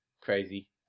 crazy